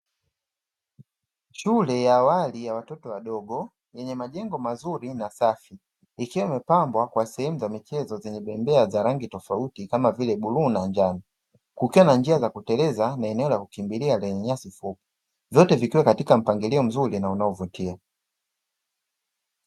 Shule ya awali ya watoto wadogo yenye majengo mazuri na masafi, ikiwa imepambwa na sehemu za michezo zenye bembeya za rangi tofauti kama vile bluu na njano, kukiwa na njia za kuteleza na eneo la kukimbilia lenye nyasi fupi. Zote zikiwa kwenye mpangilio mzuri na unaovutia.